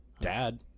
Dad